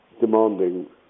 demanding